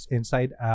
Inside